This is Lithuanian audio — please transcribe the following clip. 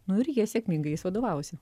nu ir jie sėkmingai jais vadovaujasi